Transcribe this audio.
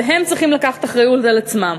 והם צריכים לקחת אחריות על עצמם.